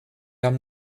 haben